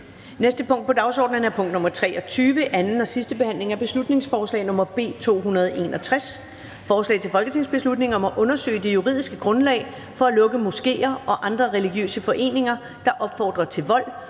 næste punkt på dagsordenen er: 23) 2. (sidste) behandling af beslutningsforslag nr. B 261: Forslag til folketingsbeslutning om at undersøge det juridiske grundlag for at lukke moskéer og andre religiøse foreninger, der opfordrer til vold,